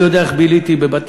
אני יודע איך ביליתי בבתי-הספר,